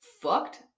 fucked